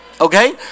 Okay